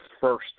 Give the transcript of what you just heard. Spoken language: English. first